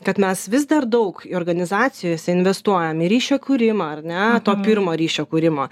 kad mes vis dar daug organizacijose investuojam į ryšio kūrimą ar ne to pirmo ryšio kūrimą